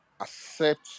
accept